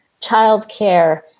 childcare